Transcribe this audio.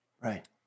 Right